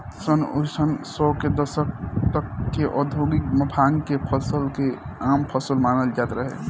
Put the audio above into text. सन उनऽइस सौ के दशक तक ले औधोगिक भांग के फसल के आम फसल मानल जात रहे